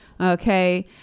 okay